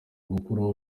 gukuraho